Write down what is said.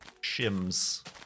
shims